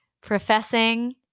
professing